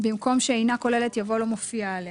במקום "שאינה כוללת" יבוא "לא מופיע עליה".